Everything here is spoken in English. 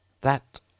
That